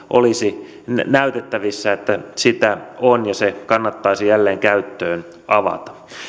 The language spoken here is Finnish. olisi näytettävissä että sitä on ja se kannattaisi jälleen käyttöön avata